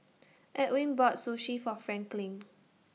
Edwin bought Sushi For Franklin